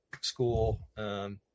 school